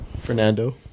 Fernando